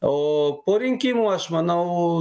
o po rinkimų aš manau